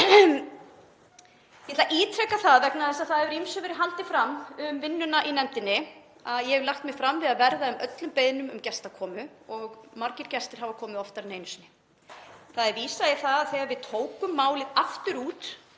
Ég ætla að ítreka það, vegna þess að það hefur ýmsu verið haldið fram um vinnuna í nefndinni, að ég hef lagt mig fram við að verða við öllum beiðnum um gestakomur og margir gestir hafa komið oftar en einu sinni. Það er vísað í það þegar við tókum málið aftur út